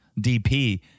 DP